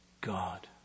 God